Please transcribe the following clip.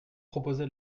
proposé